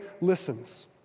listens